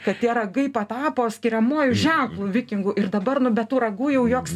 kad tie ragai patapo skiriamuoju ženklu vikingų ir dabar nu be tų ragų jau joks